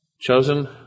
Chosen